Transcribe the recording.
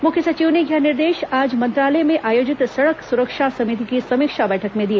मुख्य सचिव ने यह निर्देश आज मंत्रालय में आयोजित सड़क सुरक्षा समिति की समीक्षा बैठक में दिए